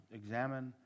examine